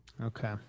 Okay